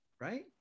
Right